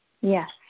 Yes